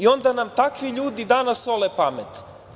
Onda nam takvi ljudi danas sole pamet.